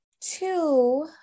two